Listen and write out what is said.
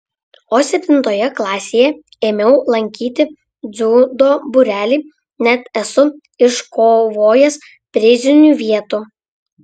o septintoje klasėje ėmiau lankyti dziudo būrelį net esu iškovojęs prizinių vietų